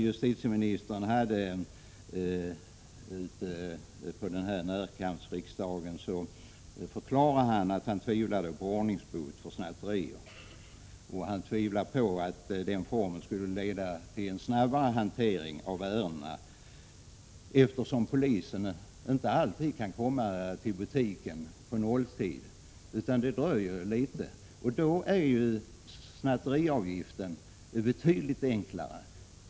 Justitieministern förklarade vid närkampsriksdagen att han tvivlar på att ordningsbot för snatteri skulle leda till en snabbare hantering av ärendena, eftersom polisen inte alltid kan komma till butiken på nolltid utan det dröjer litet. Då är snatteriavgiften betydligt enklare.